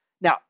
Now